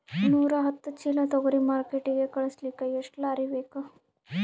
ನೂರಾಹತ್ತ ಚೀಲಾ ತೊಗರಿ ಮಾರ್ಕಿಟಿಗ ಕಳಸಲಿಕ್ಕಿ ಎಷ್ಟ ಲಾರಿ ಬೇಕು?